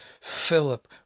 Philip